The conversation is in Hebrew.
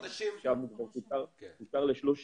עכשיו הוא כבר קוצר ל-30